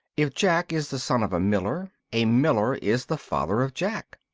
if jack is the son of a miller, a miller is the father of jack.